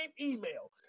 email